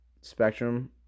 spectrum